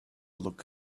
look